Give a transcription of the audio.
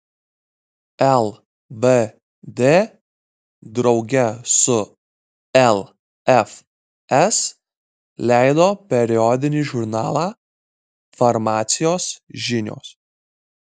lvd drauge su lfs leido periodinį žurnalą farmacijos žinios